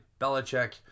Belichick